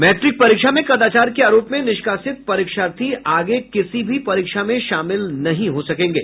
matric परीक्षा में कदाचार के आरोप में निष्कासित परीक्षार्थी आगे किसी भी परीक्षा में शामिल नहीं हो सकेंगे